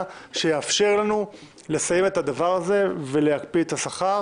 שתאפשר לנו לסיים את הדבר הזה ולהקפיא את השכר.